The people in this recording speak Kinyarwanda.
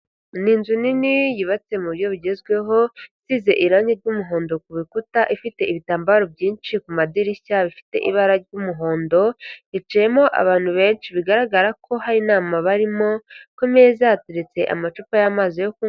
Ni inzu nini yubatse mu buryo bugezweho isize irangi ry'umuhondo ku bikuta, ifite ibitambaro byinshi ku madirishya bifite ibara ry'umuhondo, hicayemo abantu benshi bigaragara ko hari inama barimo, ku meza hateretse amacupa y'amazi yo kunywa.